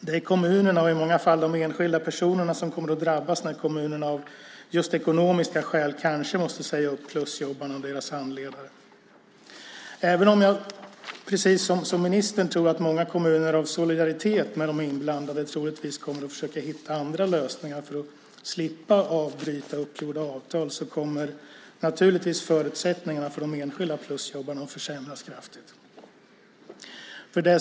Det är kommunerna, och i många fall de enskilda personerna, som kommer att drabbas när kommunerna av just ekonomiska skäl kanske måste säga upp plusjobbarna och deras handledare. Även om jag, precis som ministern, tror att många kommuner av solidaritet med de inblandade troligtvis kommer att försöka hitta andra lösningar för att slippa avbryta uppgjorda avtal kommer naturligtvis förutsättningarna för de enskilda plusjobbarna att kraftigt försämras.